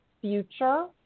future